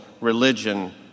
religion